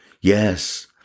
Yes